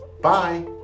Bye